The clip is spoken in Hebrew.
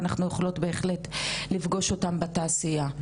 ואנחנו יכולות בהחלט לפגוש אותן בתעשייה.